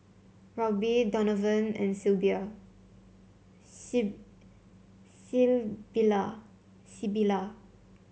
Roby Donovan and Sybilla